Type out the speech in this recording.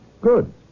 good